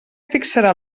fixarà